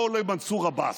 לא למנסור עבאס,